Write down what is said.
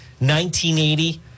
1980